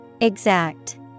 Exact